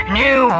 new